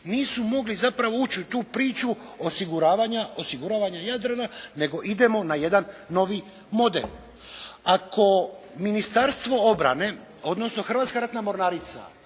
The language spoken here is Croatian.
nisu mogli zapravo ući u tu priču osiguravanja Jadrana, nego idemo na jedan novi model. Ako Ministarstvo obrane, odnosno Hrvatska ratna mornarica